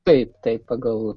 taip taip pagal